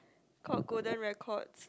called Golden Records